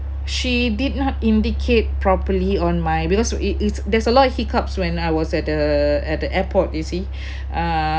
she did not indicate properly on my because it's there's a lot of hiccups when I was at the at the airport you see uh